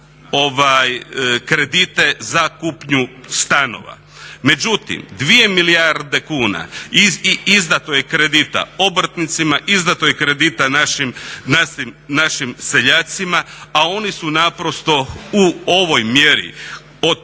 kredite za kupnju stanova. Međutim, 2 milijarde kuna izdato je kredita obrtnicima, izdato je kredita našim seljacima, a oni su naprosto u ovoj mjeri od pred